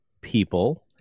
people